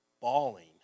bawling